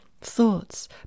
thoughts